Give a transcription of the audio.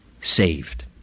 saved